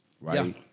right